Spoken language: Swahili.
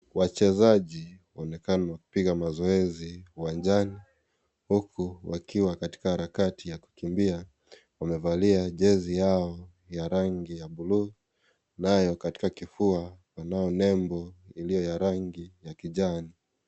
Wachezaji onekana kupiga mazoezi uwanjani, uku wakiwa katika Kwa harakati ya kukimbia wamevalia chezi yao ya rangi ya bluu nayo katika kifua wanao nembo ya rangi ya kijani.